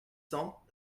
cents